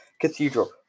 cathedral